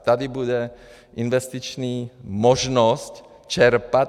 Tady bude investiční možnost čerpat.